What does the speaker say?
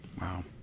Wow